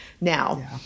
Now